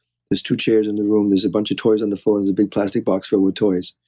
there's two chairs in the room. there's a bunch of toys on the floor. there's a big plastic box filled with toys.